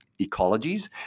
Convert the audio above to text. Ecologies